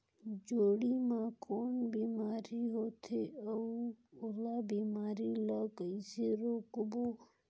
जोणी मा कौन बीमारी होथे अउ ओला बीमारी ला कइसे रोकबो?